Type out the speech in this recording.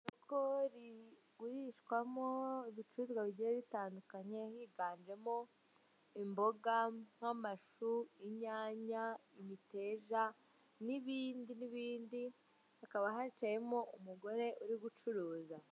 Isoko rigurishwamo ibicuruzwa bigiye bitandukanye, higanjemo imboga nk'amashu, inyanya imiteja, n'ibindi n'ibindi hakaba hicimo umugore uri gucuruza.